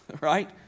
right